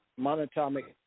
monatomic